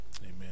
Amen